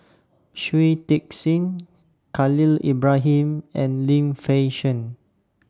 Shui Tit Sing Khalil Ibrahim and Lim Fei Shen